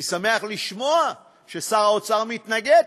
ואני שמח לשמוע ששר האוצר מתנגד,